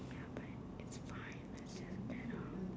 ya but it's fine let's just get out